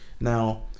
now